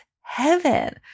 heaven